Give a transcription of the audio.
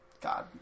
God